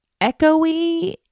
echoey